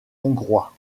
hongrois